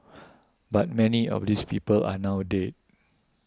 but many of these people are now dead